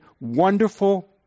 wonderful